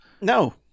No